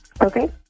okay